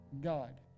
God